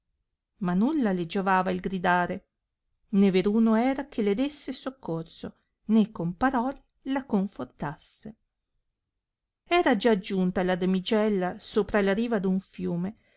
ma nulla le giovava il gridare né veruno era che le desse soccorso né con parole la confortasse era già aggiunta la damigella sopra la riva d un fiume